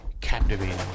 captivating